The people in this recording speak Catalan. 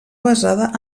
basada